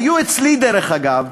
היו אצלי, דרך אגב,